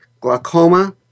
glaucoma